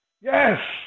Yes